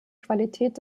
qualität